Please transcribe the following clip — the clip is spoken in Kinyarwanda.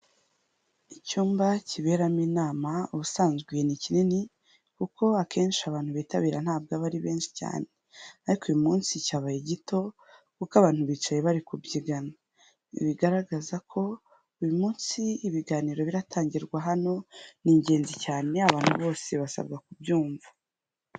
Icyumba kiberamo inama ubusanzwe ni kinini, kuko akenshi abantu bitabira ntabwo aba ari benshi cyane, ariko uyu munsi cyabaye gito kuko abantu bicaye bari kubyigana, bigaragaza ko uyu munsi ibiganiro biratangirwa hano ni ingenzi cyane abantu bose basabwa kubyumva.